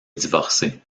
divorcer